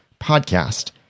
PODCAST